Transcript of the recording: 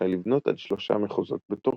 ורשאי לבנות עד שלושה מחוזות בתורו.